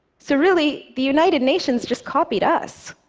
so really, the united nations just copied us.